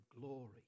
glory